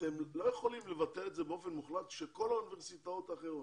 אתם לא יכולים לבטל את זה באופן מוחלט כשכל האוניברסיטאות האחרות,